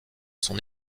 son